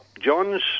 John's